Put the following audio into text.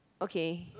okay